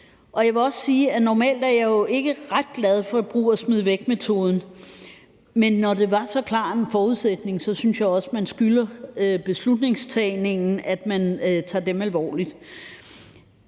Jeg vil også sige, at normalt er jeg jo ikke ret glad for brug og smid væk-metoden, men når det var så klar en forudsætning, synes jeg også, man skylder beslutningstagerne, at man tager dem alvorligt.